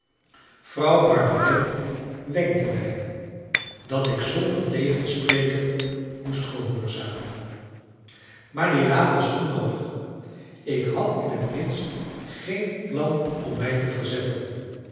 vrouw barberin wenkte mij dat ik zonder tegenspreken moest gehoorzamen maar die raad was onnoodig ik had in het minst geen plan om mij te verzetten